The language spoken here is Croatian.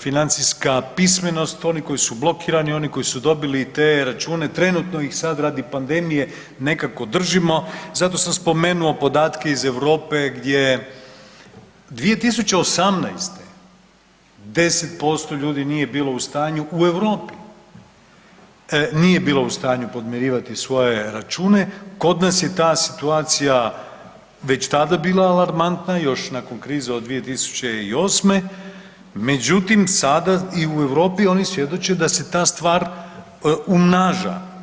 financijska pismenost, oni koji su blokirani, oni koji su dobili te račune, trenutno ih sada radi pandemije nekako držimo, zato sam spomenuo podatke iz Europe gdje 2018. 10% ljudi nije bilo u stanju u Europi, nije bilo u stanju podmirivati svoje račune, kod nas je ta situacija već tada bila alarmantna i još nakon krize od 2008., međutim sada i u Europi oni svjedoče da se ta stvar umnaža.